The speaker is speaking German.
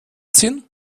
ziehen